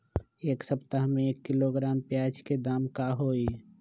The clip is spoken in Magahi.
एक सप्ताह में एक किलोग्राम प्याज के दाम का होई?